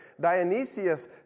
Dionysius